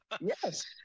yes